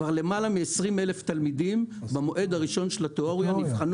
כבר למעלה מ-120 אלף תלמידים נבחנו במועד הראשון של התיאוריה.